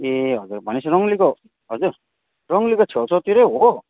ए हजुर भनेपछि रङ्गलीको हजुर रङ्गलीको छेउछाउतिरै हो